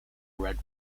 red